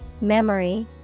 memory